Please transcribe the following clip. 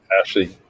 Ashley